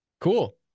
Cool